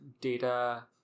data